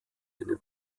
einem